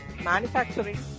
manufacturing